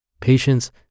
Patience